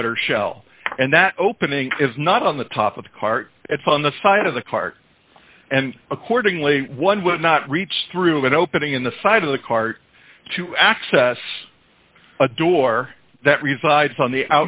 the outer shell and that opening is not on the top of the car it's on the side of the cart and accordingly one would not reach through an opening in the side of the cart to access a door that resides on the